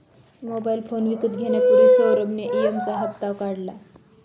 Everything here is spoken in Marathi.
मोबाइल फोन विकत घेण्यापूर्वी सौरभ ने ई.एम.आई चा हप्ता काढला